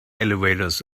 elevators